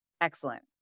Excellent